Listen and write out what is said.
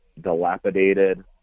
dilapidated